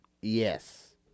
Yes